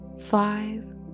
five